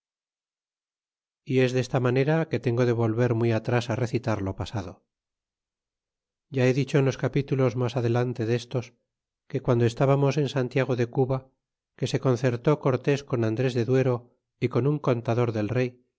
es desta manera que tengo de volver muy atras recitar lo pasado ya he dicho en los capítulos mas adelante destos que cuando estbamos en santiago de cuba que se concerté cortés con andres de duero y con un contador del rey